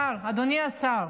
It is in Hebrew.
השר,